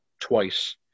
twice